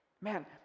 man